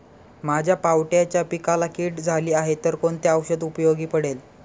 माझ्या पावट्याच्या पिकाला कीड झाली आहे तर कोणते औषध उपयोगी पडेल?